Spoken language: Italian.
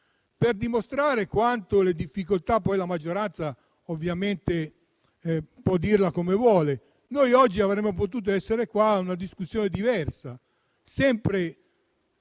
per dimostrare quante sono state le difficoltà (poi la maggioranza, ovviamente può dirla come vuole), noi oggi avremmo potuto essere qua a fare una discussione diversa, sempre